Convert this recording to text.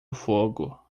fogo